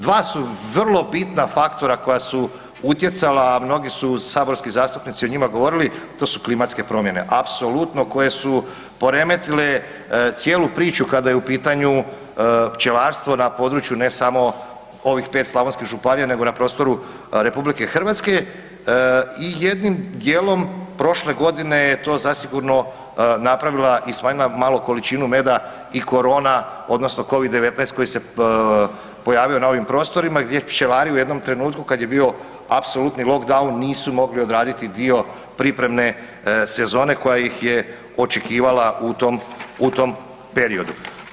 Dva su vrlo bitna faktora koja su utjecala, a mnogi su saborski zastupnici o njima govorili, a to su klimatske promjene, apsolutno koje su poremetile cijelu priču kada je u pitanju pčelarstvo na području ne samo ovih 5 slavonskih županija nego na prostoru RH i jednim dijelom prošle godine je to zasigurno napravila i smanjila malo količinu meda i korona odnosno Covid-19 koji se pojavio na ovim prostorima gdje pčelari u jednom trenutku kad je bio apsolutni lockdown nisu mogli odraditi dio pripremne sezone koja ih je očekivala u tom, u tom periodu.